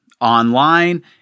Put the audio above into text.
online